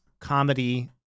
comedy